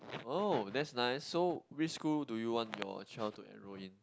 oh that's nice so which school do you want your child to enroll in